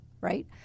right